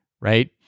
right